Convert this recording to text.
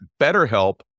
betterhelp